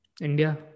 India